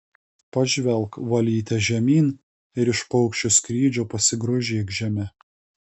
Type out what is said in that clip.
pažvelk valyte žemyn ir iš paukščio skrydžio pasigrožėk žeme